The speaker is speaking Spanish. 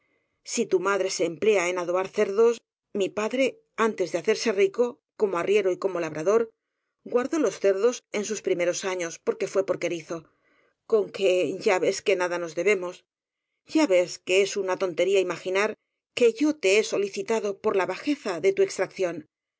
si tu madre se emplea en adobar cerdos mi padre antes de hacerse rico como arriero y como labrador guardó los cerdos en sus primeros años porque fue porquerizo con que ya ves que nada nos debemos ya ves que es una tontería imaginar que yo te he solicitado por la bajeza de tu extracción